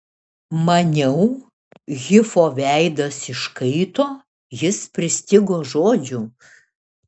maniau hifo veidas iškaito jis pristigo žodžių